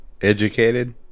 Educated